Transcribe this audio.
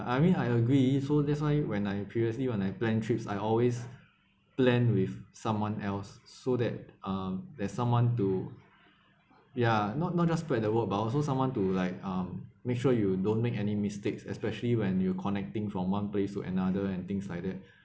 I mean I agree so that's why when I previously when I plan trips I always plan with someone else so that uh there's someone to ya not not just spread the work but also someone to like um make sure you don't make any mistakes especially when you're connecting from one place to another and things like that